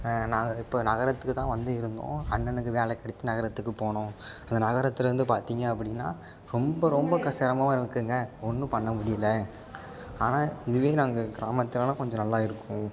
நாங்கள் இப்போ நகரத்துக்குதான் வந்து இருந்தோம் அண்ணனுக்கு வேலை கிடைச்சி நகரத்துக்குப் போனோம் அந்த நகரத்தில் இருந்து பார்த்தீங்க அப்படின்னா ரொம்ப ரொம்ப கஷ் சிரமமாக இருக்குங்க ஒன்றும் பண்ண முடியல ஆனால் இதுவே நாங்கள் கிராமத்துலேலாம் கொஞ்சம் நல்லா இருக்கோம்